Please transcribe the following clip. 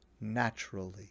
naturally